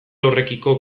horrekiko